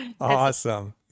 awesome